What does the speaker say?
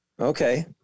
Okay